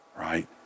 right